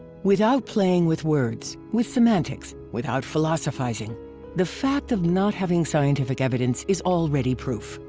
without playing with words, with semantics, without philosophizing the fact of not having scientific evidence is already proof.